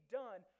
done